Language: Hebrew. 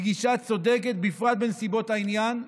היא הגישה הצודקת, בפרט בנסיבות העניין.